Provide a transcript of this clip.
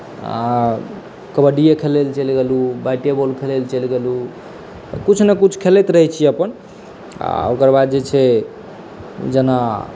आ कबड्डिये खेलय लए चलि गेलहुँ बैटे बॉल खेलय लए चलि गेलहुँ कुछ न कुछ खेलैत रहैत छियै अपन आ ओकर बाद जे छै जेना